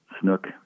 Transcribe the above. snook